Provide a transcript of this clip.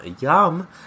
yum